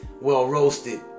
Well-roasted